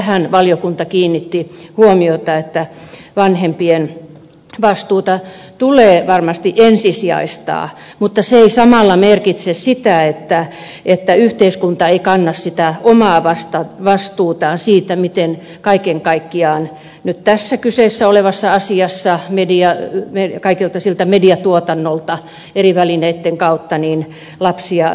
tähän valiokunta kiinnitti huomiota että vanhempien vastuuta tulee varmasti ensisijaistaa mutta se ei samalla merkitse sitä että yhteiskunta ei kanna omaa vastuutaan siitä miten kaiken kaikkiaan nyt tässä kyseessä olevassa asiassa kaikelta siltä mediatuotannolta eri välineitten kautta lapsia suojellaan